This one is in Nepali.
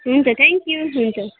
हुन्छ थ्याङ्कयु हुन्छ